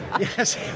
Yes